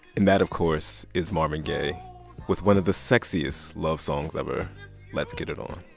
and that, of course, is marvin gaye with one of the sexiest love songs ever let's get it on.